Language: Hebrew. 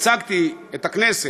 ייצגתי את הכנסת,